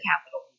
capital